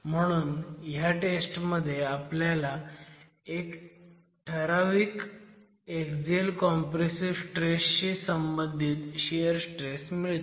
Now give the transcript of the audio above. म्हणून ह्या टेस्टमुळे आपल्याला एका ठराविक एक्झिअल कॉम्प्रेसिव्ह स्ट्रेस शी संबंधित शियर स्ट्रेस मिळतो